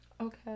Okay